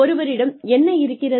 ஒருவரிடம் என்ன இருக்கிறது